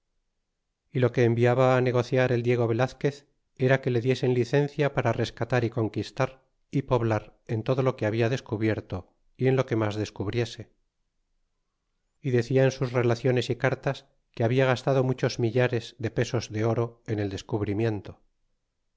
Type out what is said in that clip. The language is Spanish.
y lo que enviaba á negociar el diego velazquez era que le diesen licencia para rescatar y conquistar y poblar en todo lo que habla descubierto y en lo que mas descubriese y decia en sus relaciones y cartas que habla gastado muchos millares de pesos de oro en el descubrimiento